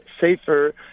safer